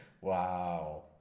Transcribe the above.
Wow